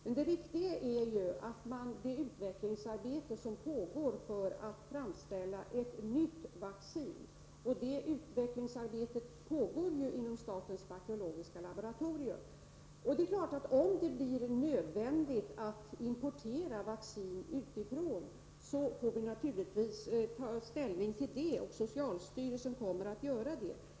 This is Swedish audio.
Men det viktiga är ju att ett utvecklingsarbete pågår för att framställa ett nytt vaccin. Detta utvecklingsarbete bedrivs inom statens bakteriologiska laboratorium. Om det blir nödvändigt att importera vaccin utifrån, får vi naturligtvis ta ställning till detta, och socialstyrelsen kommer att göra det.